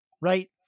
right